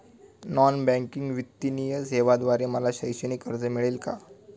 Non banking वित्तीय सेवेद्वारे मला शैक्षणिक कर्ज मिळेल का?